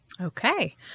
Okay